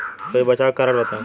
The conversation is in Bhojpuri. कोई बचाव के कारण बताई?